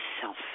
self